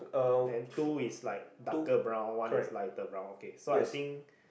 then two is like darker brown one is lighter brown okay so I think